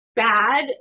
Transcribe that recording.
Bad